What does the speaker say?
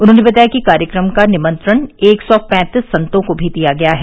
उन्होंने बताया कि कार्यक्रम का निमंत्रण एक सौ पैंतीस संतों को भी दिया गया है